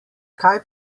kaj